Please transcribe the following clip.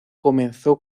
comenzó